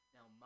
Now